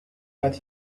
that